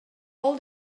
all